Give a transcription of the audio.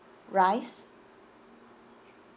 rice